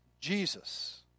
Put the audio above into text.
Jesus